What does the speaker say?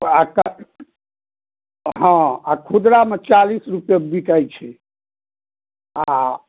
हँ आ खुदरामे चालीस रुपआ बिकाइ छै आ